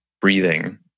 breathing